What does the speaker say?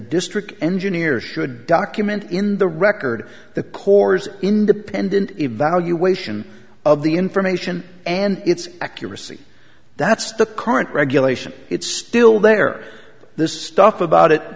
district engineers should document in the record the corps independent evaluation of the information and its accuracy that's the current regulation it's still there this stuff about it